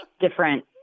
different